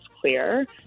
clear